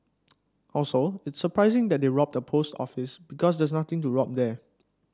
also it's surprising that they robbed a post office because there's nothing to rob there